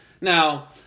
Now